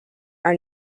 are